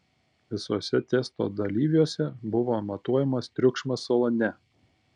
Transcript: visuose testo dalyviuose buvo matuojamas triukšmas salone